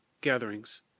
gatherings